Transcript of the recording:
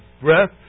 breath